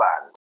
Band